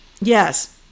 Yes